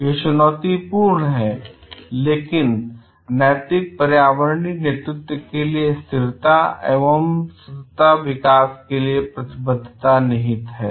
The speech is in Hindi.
यह चुनौतीपूर्ण है लेकिन नैतिक और पर्यावरणीय नेतृत्व के लिए स्थिरता अथवा सततता विकास के लिए प्रतिबद्धता निहित है